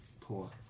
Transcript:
poor